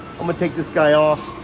i'm gonna take this guy off.